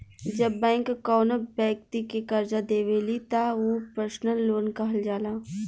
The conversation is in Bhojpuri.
जब बैंक कौनो बैक्ति के करजा देवेली त उ पर्सनल लोन कहल जाला